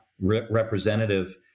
representative